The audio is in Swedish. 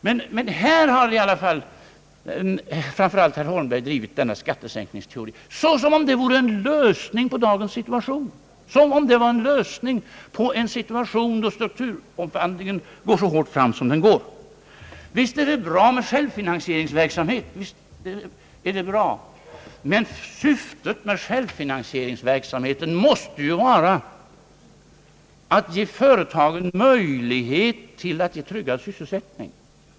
Här i kammaren i varje fall har framför allt herr Holmberg drivit denna skattesänkningsteori som om det vore en lösning på dagens situation, som om det vore en lösning på en situation då strukturomvandlingen går så hårt fram som den nu gör. Visst är det bra med självfinansieringsverksamhet, men syftet med självfinansieringsverksamheten måste vara att ge företagen möjlighet att ge tryggad sysselsättning.